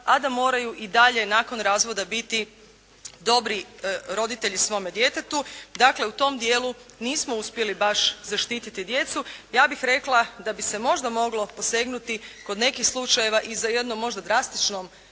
a da moraju i dalje nakon razvoda biti dobri roditelji svome djetetu. Dakle, u tom dijelu nismo uspjeli baš zaštititi djecu. Ja bih rekla da bi se možda moglo posegnuti kod nekih slučajeva i za jednom možda drastičnom